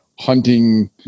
hunting